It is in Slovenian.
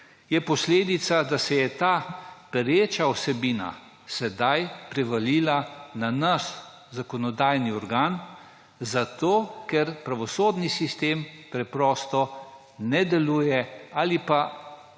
za posledico, da se je ta pereča vsebina zdaj prevalila na nas, zakonodajni organ, zato ker pravosodni sistem preprosto ne deluje ali pa